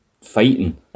fighting